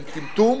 של טמטום,